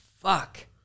fuck